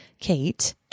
Kate